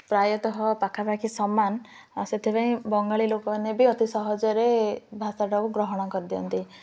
ପ୍ରାୟତଃ ପାଖାପାଖି ସମାନ ସେଥିପାଇଁ ବଙ୍ଗାଳୀ ଲୋକମାନେ ବି ଅତି ସହଜରେ ଭାଷାଟାକୁ ଗ୍ରହଣ କରିଦିଅନ୍ତି